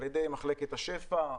על ידי מחלקת השפע,